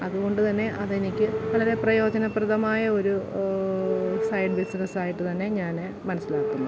അതുകൊണ്ട് തന്നെ അതെനിക്ക് വളരെ പ്രയോജനപ്രദമായ ഒരു സൈഡ് ബിസിനെസ് ആയിട്ട് തന്നെ ഞാൻ മനസ്സിലാക്കുന്നു